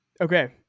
Okay